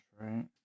right